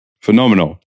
Phenomenal